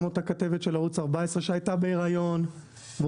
גם אותה כתבת של ערוץ 14 שהייתה בהיריון והותקפה,